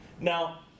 Now